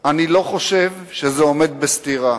אני לא חושב שזה עומד בסתירה.